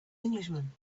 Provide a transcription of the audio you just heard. englishman